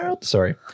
sorry